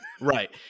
right